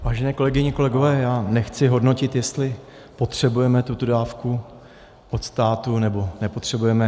Vážené kolegyně, kolegové, já nechci hodnotit, jestli potřebujeme tuto dávku od státu, nebo nepotřebujeme.